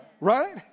Right